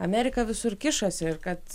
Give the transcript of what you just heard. amerika visur kišasi ir kad